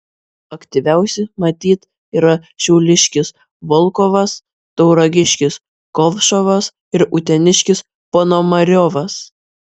aktyviausi matyt yra šiauliškis volkovas tauragiškis kovšovas ir uteniškis ponomariovas